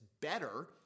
better